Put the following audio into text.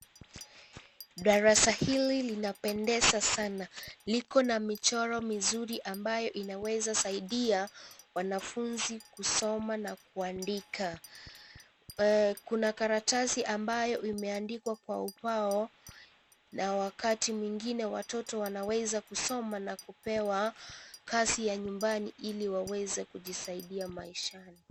Darasa hili linapendeza sana iko na michoro mizuri ambayo inawezakusaidiai wanafunzi kusoma na kuandika kuna karatasi ambao imeandikwa kwa ubao na wakati mwingine watoto wanaweza kupewa kazi ya nyumbani iliwaweze kujisaidia maishani.